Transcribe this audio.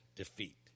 Defeat